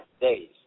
days